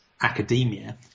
academia